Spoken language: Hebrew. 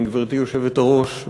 גברתי היושבת-ראש,